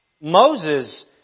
Moses